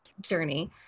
journey